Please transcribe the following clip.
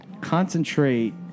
Concentrate